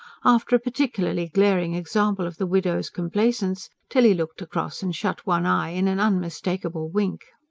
after a particularly glaring example of the widow's complaisance, tilly looked across and shut one eye, in an unmistakable wink.